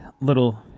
little